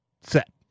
set